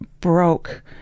broke